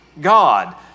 God